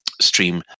stream